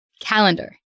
Calendar